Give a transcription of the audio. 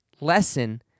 lesson